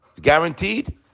Guaranteed